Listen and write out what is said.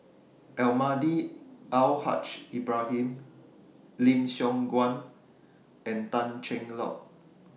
Almahdi Al Haj Ibrahim Lim Siong Guan and Tan Cheng Lock